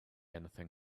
anything